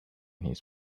his